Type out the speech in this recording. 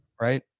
right